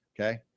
Okay